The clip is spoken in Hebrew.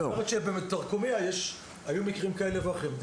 יכול להיות שבטרקומיא היו מקרים כאלה ואחרים.